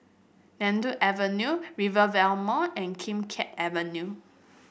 Avenue Rivervale Mall and Kim Keat Avenue